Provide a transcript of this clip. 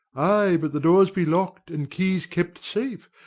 ay, but the doors be lock'd and keys kept safe,